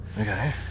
Okay